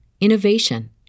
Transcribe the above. innovation